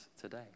today